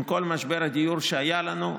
עם כל משבר הדיור שהיה לנו,